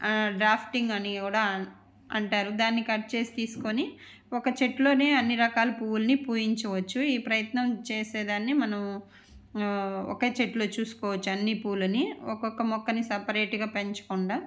drafting అని కూడా అన్ అంటారు దాన్ని కట్ చేసి తీసుకుని ఒక చెట్టులోనే అన్ని రకాల పువ్వుల్ని పూయించవచ్చు ఈ ప్రయత్నం చేసేదాన్ని మనం ఒకే చెట్లో చూసుకోవచ్చు అన్ని పూలని ఒకొక్క మొక్కని సపరేట్గా పెంచకుండా